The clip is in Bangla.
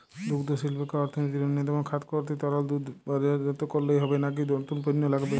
দুগ্ধশিল্পকে অর্থনীতির অন্যতম খাত করতে তরল দুধ বাজারজাত করলেই হবে নাকি নতুন পণ্য লাগবে?